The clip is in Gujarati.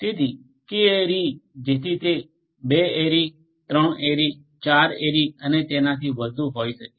તેથી કે એરી જેથી તે 2 એરી 3 એરી 4 એરી અને તેનાથી વધુ હોઈ શકે